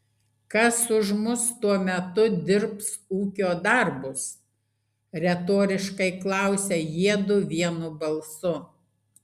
kas už mus tuo metu dirbs ūkio darbus retoriškai klausia jiedu vienu balsu